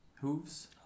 hooves